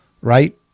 right